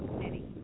City